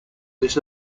this